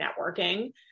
networking